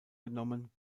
genommen